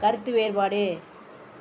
கருத்து வேறுபாடு